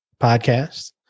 podcast